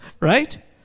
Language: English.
Right